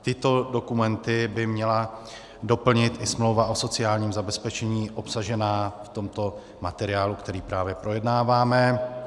Tyto dokumenty by měla doplnit i smlouva o sociálním zabezpečení obsažená v tomto materiálu, který právě projednáváme.